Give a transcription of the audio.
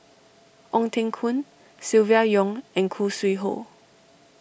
Ong Teng Koon Silvia Yong and Khoo Sui Hoe